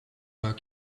pas